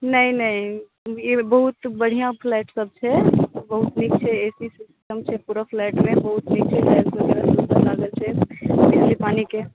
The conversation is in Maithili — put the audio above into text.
नहि नहि ई बहुत बढ़िऑं फ्लैट सब छै बहुत नीक छै ए सी अपडेट लाइट छै बिजली पानी के